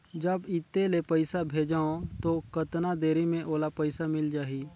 जब इत्ते ले पइसा भेजवं तो कतना देरी मे ओला पइसा मिल जाही?